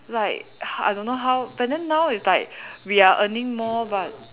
like h~ I don't how but then now it's like we are earning more but